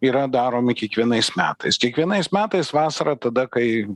yra daromi kiekvienais metais kiekvienais metais vasarą tada kai